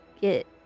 get